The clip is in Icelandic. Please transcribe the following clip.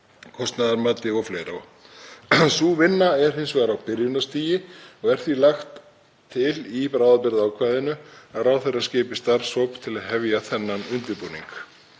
kostnaðarmati o.fl. Sú vinna er hins vegar á byrjunarstigi og er því lagt til í bráðabirgðaákvæðinu að ráðherra skipi starfshóp til að hefja þennan undirbúning.